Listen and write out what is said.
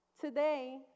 Today